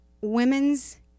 women's